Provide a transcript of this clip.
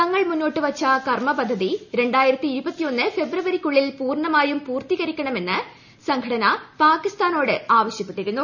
തങ്ങൾ മുന്നോട്ട് വെച്ച കർമ്മ പദ്ധതി കൃഷ്ട്ട് ഫെബ്രുവരിക്കുള്ളിൽ പൂർണമായും പൂർത്തീകരിക്കണമെന്ന് സംഘടന പാക്കിസ്ഥാനോട് ആവശ്യപ്പെട്ടിരുന്നു